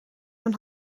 een